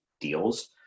deals